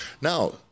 Now